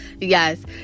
Yes